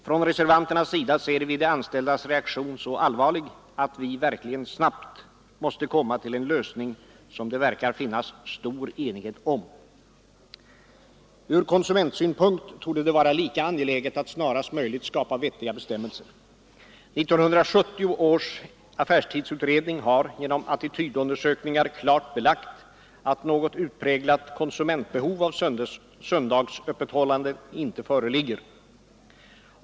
Från reservanternas sida ser vi de anställdas reaktion så allvarlig att man verkligen snabbt måste komma till en lösning som det verkar finnas stor enighet om. Från konsumentsynpunkt torde det vara lika angeläget att snarast möjligt skapa vettiga bestämmelser. 1970 års affärstidsutredning har genom attitydundersökningar klart belagt att något utpräglat konsumentbehov av söndagsöppethållande inte föreligger.